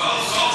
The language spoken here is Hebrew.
לא.